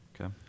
Okay